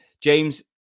James